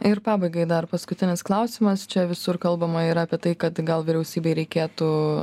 ir pabaigai dar paskutinis klausimas čia visur kalbama ir apie tai kad gal vyriausybei reikėtų